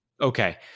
Okay